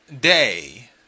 day